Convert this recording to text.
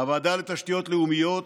הוועדה לתשתיות לאומיות,